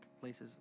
places